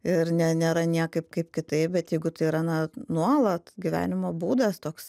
ir ne nėra niekaip kaip kitaip bet jeigu tai yra na nuolat gyvenimo būdas toks